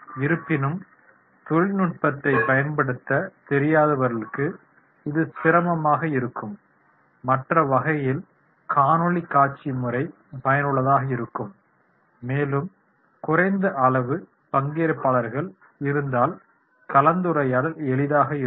இருப்பினும் தொழில்நுட்பத்தை பயன்படுத்த தெரியாதவர்களுக்கு இது சிரமமாக இருக்கும் மற்ற வகையில் காணொளி காட்சி முறை பயனுள்ளதாக இருக்கும் மேலும் குறைந்த அளவு பங்கேற்பாளர்கள் இருந்தால் கலந்துரையாடல் எளிதாக இருக்கும்